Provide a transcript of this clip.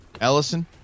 Ellison